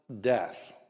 death